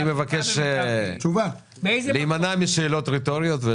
אני מבקש להימנע משאלות רטוריות.